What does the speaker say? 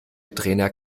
trainer